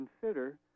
consider